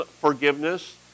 forgiveness